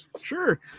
Sure